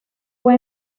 fue